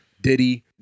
Diddy